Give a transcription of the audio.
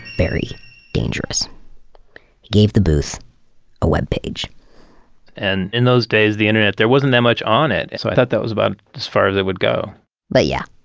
very dangerous. he gave the booth a webpage and in those days, the internet, there wasn't that much on it, so i thought that was about as far as it would go but yeah,